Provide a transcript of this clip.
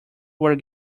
were